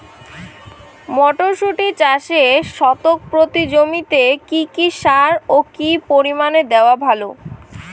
মটরশুটি চাষে শতক প্রতি জমিতে কী কী সার ও কী পরিমাণে দেওয়া ভালো?